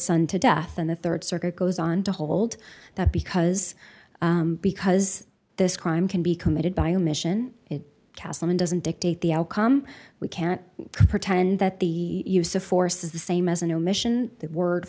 son to death and the rd circuit goes on to hold that because because this crime can be committed by omission it castleman doesn't dictate the outcome we can't pretend that the use of force is the same as an omission